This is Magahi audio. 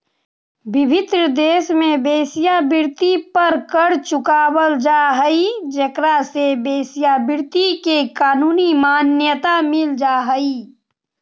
विभिन्न देश में वेश्यावृत्ति पर कर चुकावल जा हई जेकरा से वेश्यावृत्ति के कानूनी मान्यता मिल जा हई